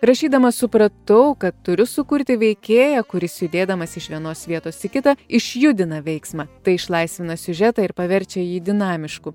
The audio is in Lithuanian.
rašydama supratau kad turiu sukurti veikėją kuris judėdamas iš vienos vietos į kitą išjudina veiksmą tai išlaisvina siužetą ir paverčia jį dinamišku